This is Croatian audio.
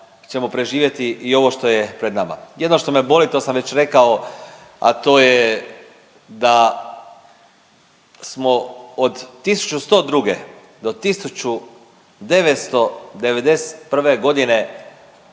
ćemo preživjeti i ovo što je pred nama. Jedino što me boli to sam već rekao, a to je da smo od 1102. do 1991. godine